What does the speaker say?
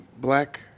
black